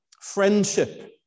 Friendship